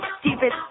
stupid